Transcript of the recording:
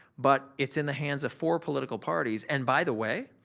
but it's in the hands of four political parties and by the way,